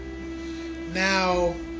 Now